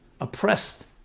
oppressed